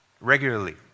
regularly